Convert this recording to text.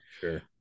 sure